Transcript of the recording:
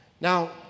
Now